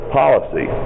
policy